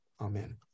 Amen